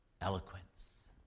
eloquence